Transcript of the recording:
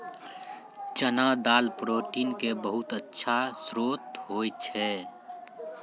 चना दाल प्रोटीन के बहुत अच्छा श्रोत होय छै